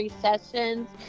sessions